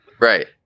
Right